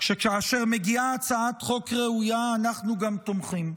שכאשר מגיעה הצעת חוק ראויה אנחנו גם תומכים.